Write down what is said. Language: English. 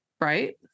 right